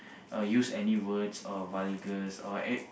or use any words or vulgars or a~